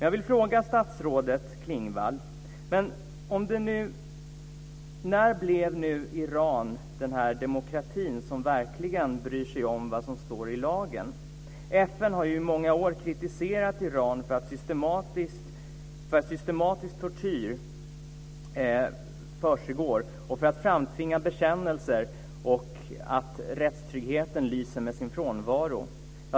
Jag vill fråga statsrådet Klingvall: När blev Iran den demokrati som verkligen bryr sig om vad som står i lagen? FN har i många år kritiserat Iran för att systematisk tortyr försiggår för att framtvinga bekännelser och att rättstryggheten lyser med sin frånvaro.